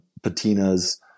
patinas